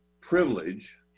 privilege